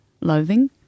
loathing